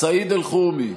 סעיד אלחרומי,